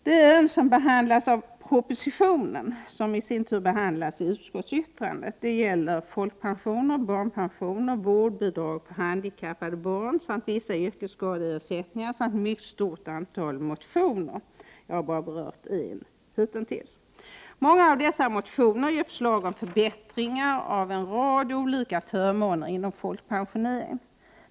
Det ärende som nu behandlas avser propositionen om anslag till folkpensioner, barnpensioner, vårdbidrag för handikappade barn och vissa yrkesskadeersättningar samt ett mycket stort antal motioner, varav jag hitintills berört en. Många av dessa motioner ger förslag om förbättringar av en rad olika förmåner inom folkpensioneringen.